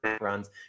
runs